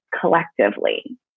collectively